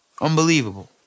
Unbelievable